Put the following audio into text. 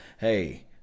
Hey